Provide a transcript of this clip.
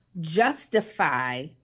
justify